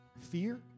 Fear